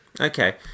Okay